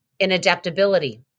inadaptability